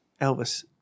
elvis